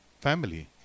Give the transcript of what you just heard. family